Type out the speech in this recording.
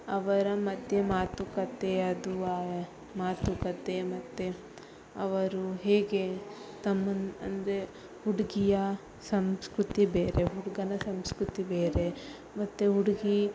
ಅವರ ಮಧ್ಯ ಮಾತುಕತೆ ಅದು ಮಾತುಕತೆ ಮತ್ತು ಅವರು ಹೇಗೆ ತಮ್ಮನ್ನು ಅಂದರೆ ಹುಡುಗಿಯ ಸಂಸ್ಕೃತಿ ಬೇರೆ ಹುಡುಗನ ಸಂಸ್ಕೃತಿ ಬೇರೆ ಮತ್ತು ಹುಡುಗೀ